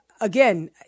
again